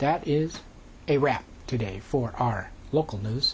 that is a rap today for our local news